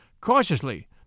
Cautiously